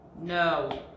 No